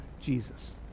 Jesus